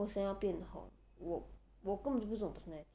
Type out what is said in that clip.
我想要变红我我根本就不是这种 personality